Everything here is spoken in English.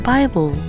Bible